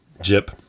Jip